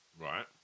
Right